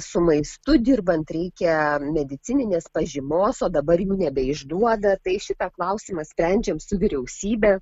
su maistu dirbant reikia medicininės pažymos o dabar jų nebeišduoda tai šitą klausimą sprendžiam su vyriausybe